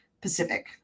Pacific